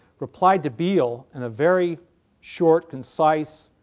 replied to biele in a very short, concise,